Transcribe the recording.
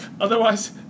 Otherwise